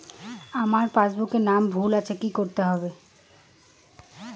আমার পাসবুকে নাম ভুল আছে কি করতে হবে?